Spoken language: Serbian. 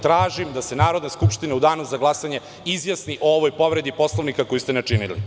Tražim da se Narodna skupština u danu za glasanje izjasni o ovoj povredi Poslovnika koju ste načinili.